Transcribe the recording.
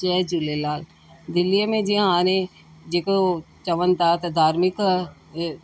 जय झूलेलाल दिल्लीअ में जीअं हाणे जेको चवनि था त धार्मिक ई